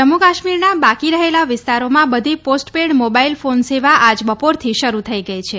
જમ્મુ કાશ્મીરના બાકી રહેલા વિસ્તારોમાં બધી પોસ્ટ પેઈડ મોબાઈલ ફોન સેવા આજ બપોરથી શરૂ થઈ ગઈ છે